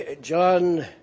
John